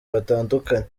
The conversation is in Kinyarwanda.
batandukanye